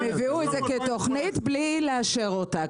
הם הביאו את זה כתוכנית, בלי לאשר אותה.